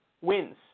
wins